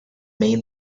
main